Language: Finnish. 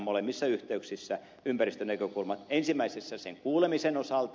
molemmissa yhteyksissä ympäristönäkökulma ensimmäisessä sen kuulemisen osalta